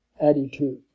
attitude